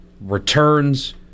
returns